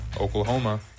Oklahoma